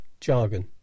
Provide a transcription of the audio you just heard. jargon